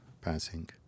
passing